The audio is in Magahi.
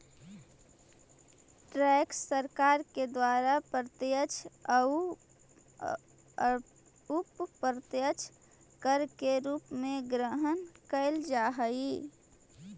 टैक्स सरकार के द्वारा प्रत्यक्ष अउ अप्रत्यक्ष कर के रूप में ग्रहण कैल जा हई